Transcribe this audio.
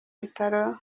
bitaro